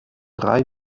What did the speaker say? drei